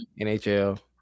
NHL